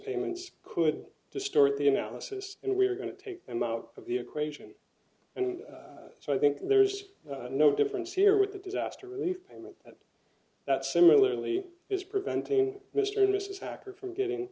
payments could distort the analysis and we're going to take him out of the equation and so i think there's no difference here with the disaster relief payment that similarly is preventing mr and mrs hacker from getting